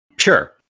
Sure